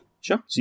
Sure